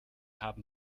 haben